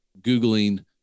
Googling